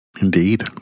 Indeed